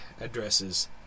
addresses